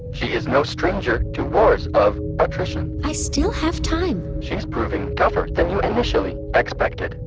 she is no stranger to wars of attrition i still have time she's proving tougher than you initially expected,